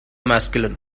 masculine